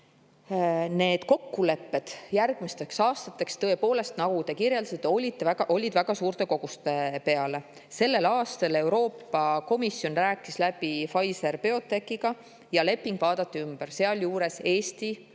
need kokkulepped järgmisteks aastateks, tõepoolest, nagu te kirjeldasite, olid väga suurte koguste peale. Sellel aastal Euroopa Komisjon rääkis läbi Pfizer-BioNTechiga ja leping vaadati ümber. Eesti oli